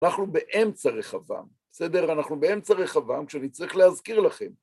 אנחנו באמצע רחבעם, בסדר? אנחנו באמצע רחבעם כשאני צריך להזכיר לכם.